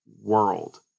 world